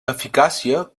eficàcia